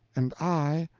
and i,